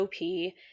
op